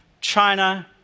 China